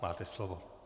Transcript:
Máte slovo.